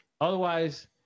Otherwise